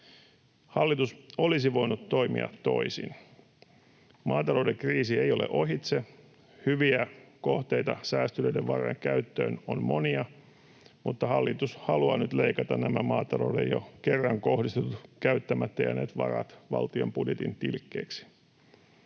Hallitus olisi voinut toimia toisin. Maatalouden kriisi ei ole ohitse. Hyviä kohteita säästyneiden varojen käyttöön on monia, mutta hallitus haluaa nyt leikata nämä maataloudelle jo kerran kohdistetut, käyttämättä jääneet varat valtion budjetin tilkkeeksi.